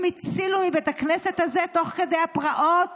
הצילו מבית הכנסת הזה תוך כדי הפרעות,